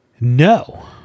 No